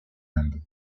inde